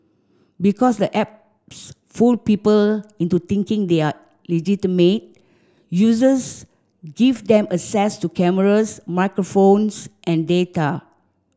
because the apps fool people into thinking they are legitimate users give them access to cameras microphones and data